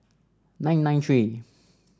nine nine three